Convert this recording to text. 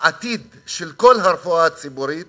לעתיד של כל הרפואה הציבורית